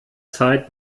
zeit